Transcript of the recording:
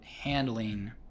handling